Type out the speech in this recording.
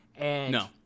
No